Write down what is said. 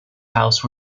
house